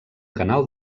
canal